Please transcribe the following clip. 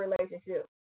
relationship